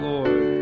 Lord